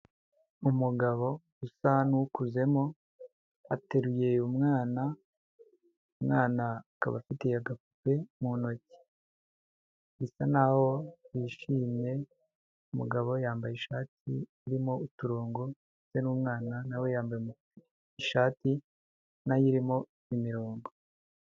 Umugabo usa n'ukuzemo, ateruye umwana, umwana akaba afite agapupe mu ntoki, bisa n'aho bishimye, umugabo yambaye ishati irimo uturongo ndetse n'umwana na we yambaye ishati na yo irimo imirongo.